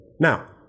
Now